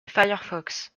firefox